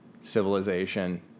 civilization